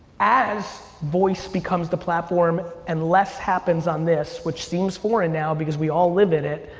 as voice becomes the platform and less happens on this, which seems foreign now because we all live in it,